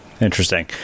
interesting